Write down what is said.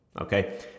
okay